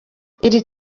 iri